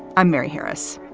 i'm mary harris.